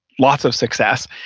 lots of success,